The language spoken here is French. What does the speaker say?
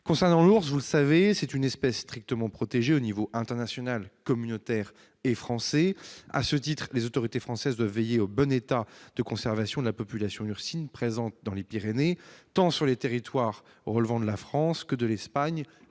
vos territoires. Vous savez que l'ours est une espèce strictement protégée aux niveaux international, communautaire et français. À ce titre, les autorités françaises doivent veiller au bon état de conservation de la population ursine présente dans les Pyrénées, sur les territoires relevant tant de la France que de l'Espagne